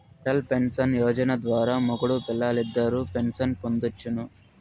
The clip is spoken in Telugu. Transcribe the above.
అటల్ పెన్సన్ యోజన ద్వారా మొగుడూ పెల్లాలిద్దరూ పెన్సన్ పొందొచ్చును